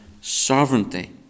sovereignty